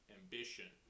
ambition